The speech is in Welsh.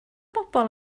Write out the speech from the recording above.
bobl